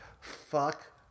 fuck